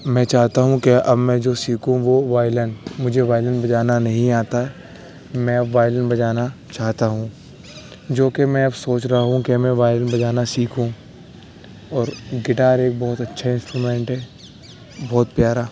میں چاہتا ہوں کہ اب میں جو سیکھوں وہ وائلن مجھے وائلن بجانا نہیں آتا ہے میں وائلن بجانا چاہتا ہوں جو کہ میں اب سوچ رہا ہوں کہ میں وائلن بجانا سیکھوں اور گٹار ایک بہت اچھا انسسٹڑومنٹ ہے بہت پیارا